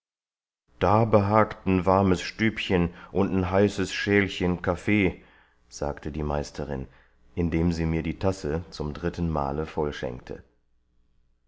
da behagt n warmes stübchen und n heißes schälchen kaffee sagte die meisterin indem sie mir die tasse zum dritten male